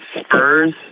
Spurs